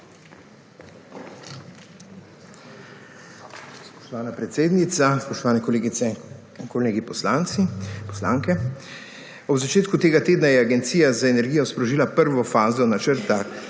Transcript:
Spoštovana predsednica, spoštovani kolegice in kolegi poslanci, poslanke! Ob začetku tega tedna je Agencija za energijo sprožila prvo fazo načrta